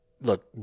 look